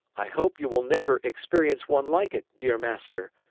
i hope you will never experience one like it, dear master.